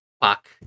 fuck